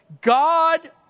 God